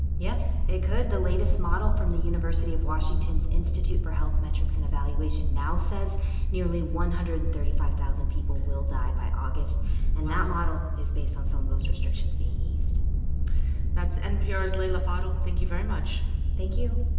yes, it could. the latest model from the university of washington's institute for health metrics and evaluation now says nearly one hundred and thirty five thousand people will die by august wow and that model is based on some of those restrictions being eased that's npr's leila fadel. thank you very much thank you